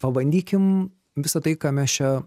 pabandykim visa tai ką mes čia